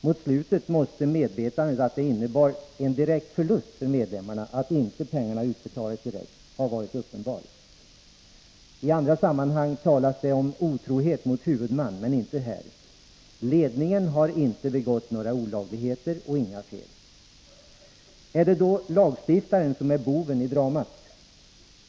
Mot slutet måste medvetandet om att det innebar en direkt förlust för medlemmarna, om pengarna inte utbetalades direkt, ha varit uppenbar. I andra sammanhang talas det om otrohet mot huvudman — men inte här. Ledningen har inte begått några olagligheter och inte heller några fel, påstår man. Är det då lagstiftaren som är boven i dramat?